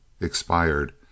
expired